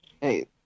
Hey